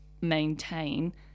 maintain